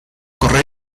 correr